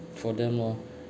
for them lor